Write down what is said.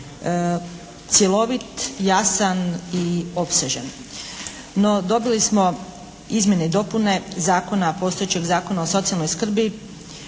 cjelovit, jasan i opsežan. No, dobili smo izmjene i dopune zakona, postojećeg Zakona o socijalnoj skrbi.